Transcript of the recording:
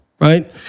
right